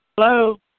Hello